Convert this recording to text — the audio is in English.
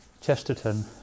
Chesterton